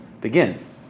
begins